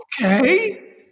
Okay